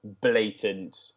blatant